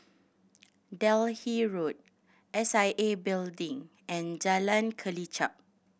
Delhi Road S I A Building and Jalan Kelichap